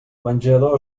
menjador